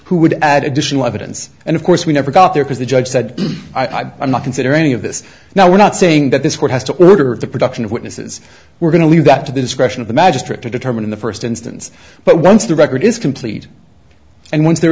who would add additional evidence and of course we never got there because the judge said i'm not consider any of this now we're not saying that this court has to order of the production of witnesses we're going to leave that to the discretion of the magistrate to determine in the first instance but once the record is complete and once there